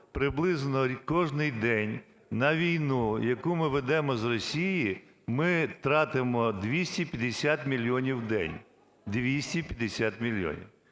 приблизно кожен день на війну, яку ми ведемо з Росією, ми тратимо 250 мільйонів в день, 250 мільйонів.